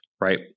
right